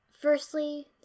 firstly